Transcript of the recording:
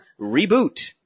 reboot